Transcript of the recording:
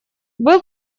был